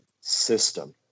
system